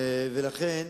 לכן,